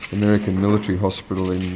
american military hospital in